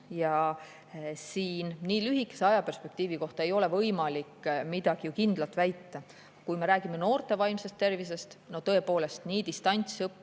Nii lühikese ajaperspektiivi kohta ei ole võimalik midagi kindlat väita. Kui me räägime noorte vaimsest tervisest, tõepoolest, eks ta on